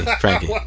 Frankie